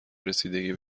رسیدگی